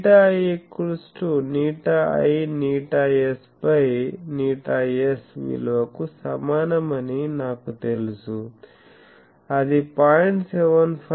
ηi ηi ηs ηs విలువకు సమానమని నాకు తెలుసుఅది 0